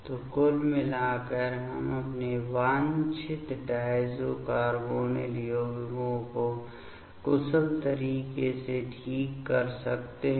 तो कुल मिलाकर हम अपने वांछित डायज़ो कार्बोनिल यौगिकों को कुशल तरीके से ठीक कर सकते हैं